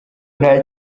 nta